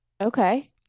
Okay